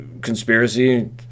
conspiracy